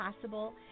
possible